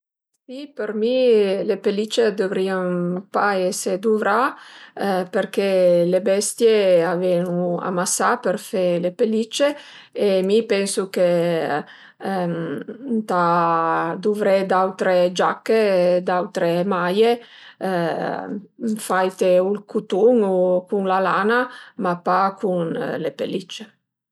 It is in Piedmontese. Si për me le pellicce a dëvrian pa ese duvrà përché le bestie a ven-u amasà për fe le pellicce e mi pensu ch'ëntà duvré d'autre giache, d'autre maie faite u cun ël cutun u la lana, ma pa cun le pellicce